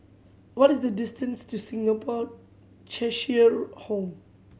what is the distance to Singapore Cheshire Home